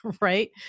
right